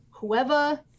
whoever